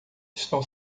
estão